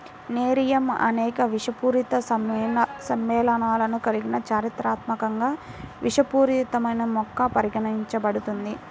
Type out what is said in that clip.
nerium అనేక విషపూరిత సమ్మేళనాలను కలిగి చారిత్రాత్మకంగా విషపూరితమైన మొక్కగా పరిగణించబడుతుంది